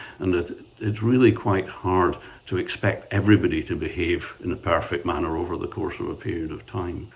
and it's really quite hard to expect everybody to behave in a perfect manner over the course of a period of time.